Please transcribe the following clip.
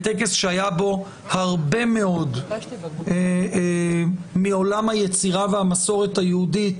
בטקס היה הרבה מאוד מעולם היצירה והמסורת היהודית,